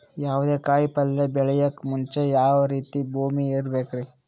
ಯಾವುದೇ ಕಾಯಿ ಪಲ್ಯ ಬೆಳೆಯೋಕ್ ಮುಂಚೆ ಯಾವ ರೀತಿ ಭೂಮಿ ಇರಬೇಕ್ರಿ?